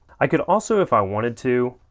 i could also if i wanted to,